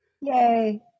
Yay